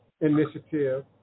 initiative